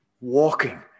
walking